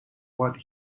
what